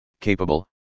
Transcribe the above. capable